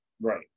right